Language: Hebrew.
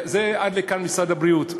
עד כאן משרד הבריאות.